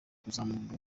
kuzamura